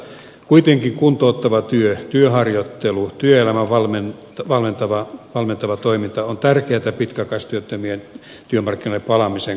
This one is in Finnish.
kuitenkin kuntouttava työ työharjoittelu työelämään valmentava toiminta on tärkeätä pitkäaikaistyöttömien työmarkkinoille palaamisen kannalta